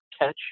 catch